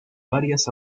varias